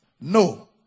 No